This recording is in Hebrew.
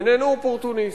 איננו אופורטוניסט.